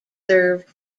served